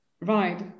right